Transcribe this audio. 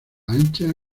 ancha